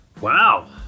Wow